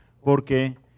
porque